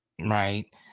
Right